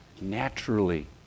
naturally